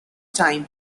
time